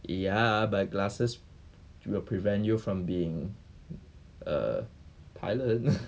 ya but glasses will prevent you from being a pilot